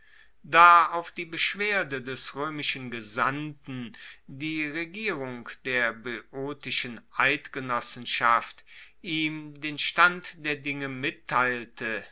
da auf die beschwerde des roemischen gesandten die regierung der boeotischen eidgenossenschaft ihm den stand der dinge mitteilte